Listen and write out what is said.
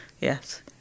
Yes